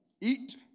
Eat